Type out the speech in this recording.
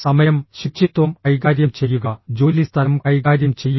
സമയം ശുചിത്വം കൈകാര്യം ചെയ്യുക ജോലിസ്ഥലം കൈകാര്യം ചെയ്യുക